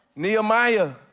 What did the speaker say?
nehemiah.